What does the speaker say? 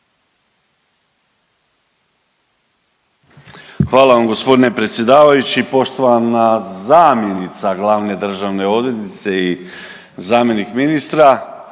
Hvala vam gospodine predsjedavajući, poštovana zamjenica glavne državne odvjetnice i zamjenik ministra,